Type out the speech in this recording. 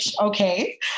okay